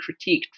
critiqued